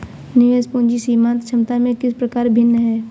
निवेश पूंजी सीमांत क्षमता से किस प्रकार भिन्न है?